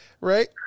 right